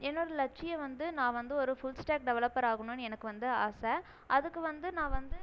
என்னோட லட்சியம் வந்து நான் வந்து ஒரு ஃபுல் ஸ்டேக் டெவலப்பராகணும் எனக்கு வந்து ஆசை அதுக்கு வந்து நான் வந்து